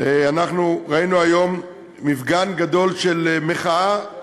אנחנו ראינו היום מפגן גדול של מחאה,